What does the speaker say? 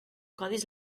codis